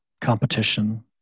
competition